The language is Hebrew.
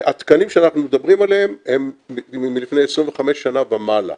והתקנים שאנחנו מדברים עליהם הם מלפני 25 שנה ומעלה,